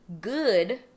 good